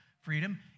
freedom